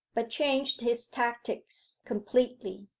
but changed his tactics completely.